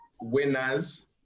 Winners